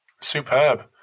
Superb